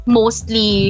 mostly